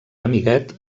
amiguet